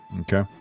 Okay